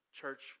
Church